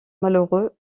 malheureux